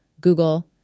Google